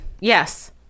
yes